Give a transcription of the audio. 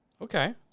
Okay